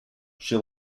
she